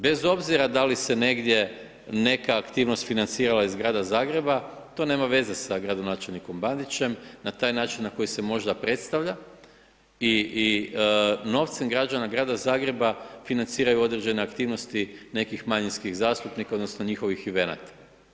Bez obzira da li se negdje, neka aktivnost financirala iz Grada Zagreba, to nema veze sa gradonačelnikom Bandićem, na taj način, na koji se možda predstavlja i novcem građana Grada Zagreba, financiraju određene aktivnosti nekih manjinskih zastupnika, odnosno, njihovih invenata.